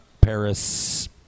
Paris